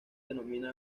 denomina